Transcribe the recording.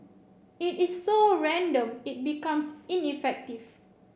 it is so random it becomes ineffective